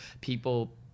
people